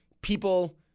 people